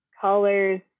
colors